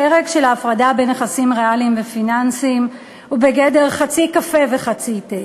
הפרק של ההפרדה בין נכסים ריאליים ופיננסיים הוא בגדר חצי קפה וחצי תה.